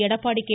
Edappadi K